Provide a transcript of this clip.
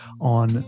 on